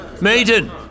Maiden